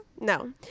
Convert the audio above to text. No